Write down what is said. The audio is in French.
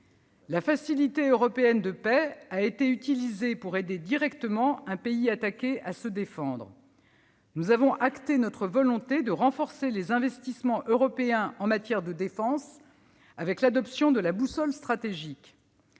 La Facilité européenne pour la paix a été utilisée pour aider directement un pays attaqué à se défendre. Nous avons acté notre volonté de renforcer les investissements européens en matière de défense par l'adoption de la boussole stratégique.